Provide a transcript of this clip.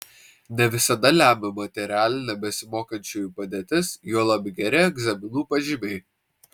ne visada lemia materialinė besimokančiųjų padėtis juolab geri egzaminų pažymiai